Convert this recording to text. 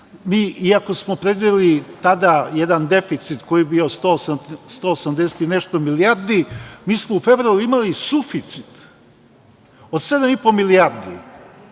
Mi iako smo predvideli tada jedan deficit koji je bio 180 i nešto milijardi, mi smo u februaru imali suficit od 7,5 milijardi,